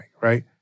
right